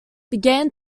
began